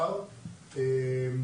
בסדר,